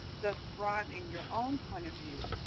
thus broadening your own point of view,